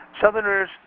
Southerners